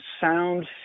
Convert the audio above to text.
sound